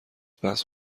بحث